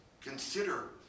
consider